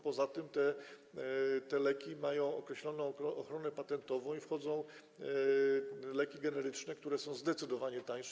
Poza tym te leki mają określoną ochronę patentową i wchodzą leki generyczne, które są zdecydowanie tańsze.